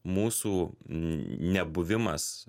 mūsų nebuvimas